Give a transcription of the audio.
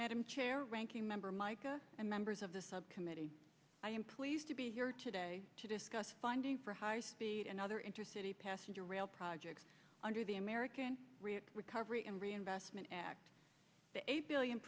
madam chair ranking member mica and members of the subcommittee i am pleased to be here today to discuss funding for high speed and other interested in passenger rail projects under the american recovery and reinvestment act the eight billion